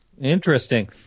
Interesting